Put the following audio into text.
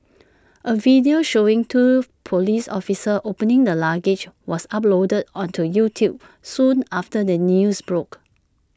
A video showing two Police officers opening the luggage was uploaded onto YouTube soon after the news broke